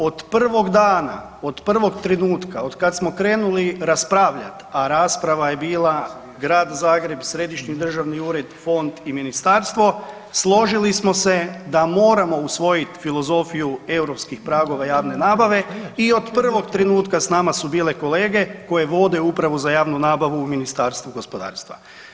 Od prvog dana, od prvog trenutka kad smo krenuli raspravljat, a rasprava je bila Grad Zagreb, Središnji državni ured, Fond i Ministarstvo, složili smo se da moramo usvojiti filozofiju europskih pragova javne nabave i od prvog trenutka s nama su bile kolege koje vode Upravu za javnu nabavu u Ministarstvu gospodarstva.